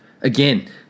again